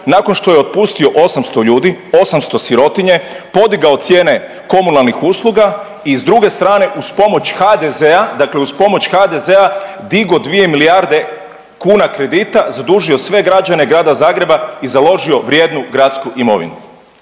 nakon što je otpustio 800 ljudi, 800 sirotinje, podigao cijene komunalnih usluga i s druge strane uz pomoć HDZ-a, dakle uz pomoć HDZ-a digo 2 milijarde kuna kredita, zadužio sve građane Grada Zagreba i založio vrijednu gradsku imovinu.